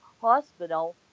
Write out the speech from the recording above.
Hospital